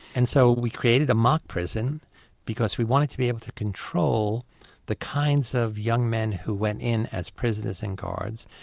and so we created a mock prison because we wanted to be able to control the kinds of young men who went in as prisoners and guards.